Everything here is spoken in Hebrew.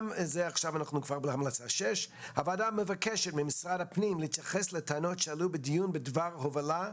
6. הוועדה מבקשת ממשרד הפנים להתייחס לטענות שעלו בדיון בדבר הובלה,